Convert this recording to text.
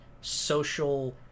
social